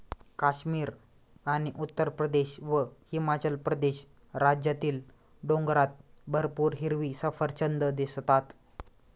काश्मीर आणि उत्तरप्रदेश व हिमाचल प्रदेश राज्यातील डोंगरात भरपूर हिरवी सफरचंदं दिसतात